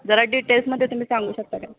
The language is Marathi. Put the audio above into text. जरा डिटेल्समध्ये तुम्ही सांगू शकता काय